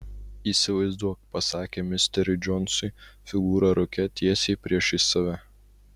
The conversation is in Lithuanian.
įsivaizduok pasakė misteriui džonsui figūrą rūke tiesiai priešais save